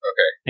Okay